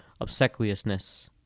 obsequiousness